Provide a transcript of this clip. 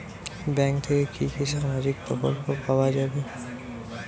Bank থেকে কি কি সামাজিক প্রকল্প পাওয়া যাবে?